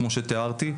כמו שתיארתי,